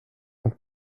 und